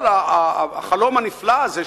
והחלום הנפלא הזה,